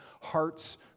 hearts